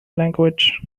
language